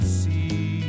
see